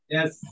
Yes